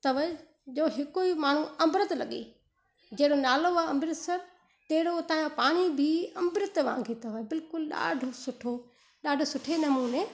तव जो हिक ई माण्हू अमृत लॻे जेरो नालो आहे अम्रितसर तेड़ो हुतां जो पानी बि अमृत वांगी तव बिल्कुल ॾाढो सुठो ॾाढो सुठे नमूने